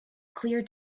clear